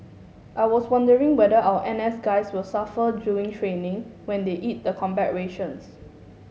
I was wondering whether our N S guys will suffer during training when they eat the combat rations